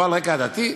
לא על רקע עדתי,